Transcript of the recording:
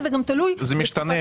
זה גם תלוי בשנה.